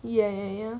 ya ya ya